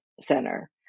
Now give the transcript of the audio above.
center